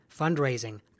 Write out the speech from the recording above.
fundraising